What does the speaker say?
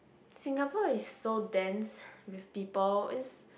Singapore is so dense with people is